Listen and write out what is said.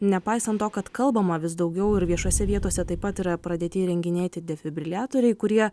nepaisant to kad kalbama vis daugiau ir viešose vietose taip pat yra pradėti įrenginėti defibriliatoriai kurie